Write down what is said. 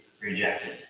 rejected